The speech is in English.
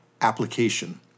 application